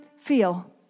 feel